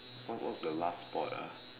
what what was the last sport ah